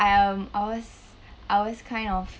um I was I was kind of